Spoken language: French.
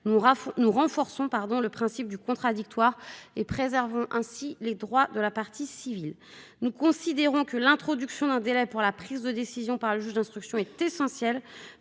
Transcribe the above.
nous renforçons le principe du contradictoire et préservons ainsi les droits de la partie civile. Nous considérons que l'introduction d'un délai pour la prise de décision par le juge d'instruction est essentielle